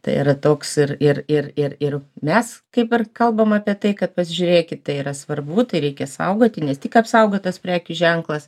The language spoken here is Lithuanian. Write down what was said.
tai yra toks ir ir ir ir ir mes kaip ir kalbam apie tai kad pasižiūrėkit tai yra svarbu tai reikia saugoti nes tik apsaugotas prekių ženklas